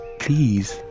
please